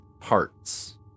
parts